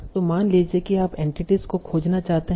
तो मान लीजिए कि आप एंटिटीस को खोजना चाहते हैं